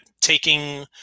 taking